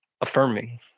affirming